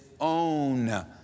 own